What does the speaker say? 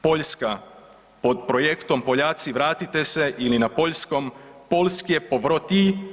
Poljska pod projektom Poljaci vratite se ili na poljskom „Polskie povroti“